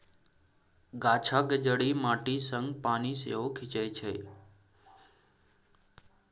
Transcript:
गाछक जड़ि माटी सँ पानि सेहो खीचई छै